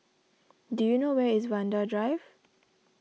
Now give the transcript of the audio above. do you know where is Vanda Drive